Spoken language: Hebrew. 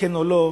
כן או לא,